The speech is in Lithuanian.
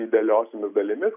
idealiosiomis dalimis